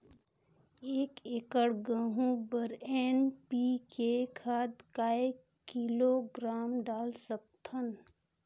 एक एकड़ गहूं बर एन.पी.के खाद काय किलोग्राम डाल सकथन?